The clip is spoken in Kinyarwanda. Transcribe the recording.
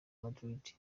madrid